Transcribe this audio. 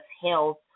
health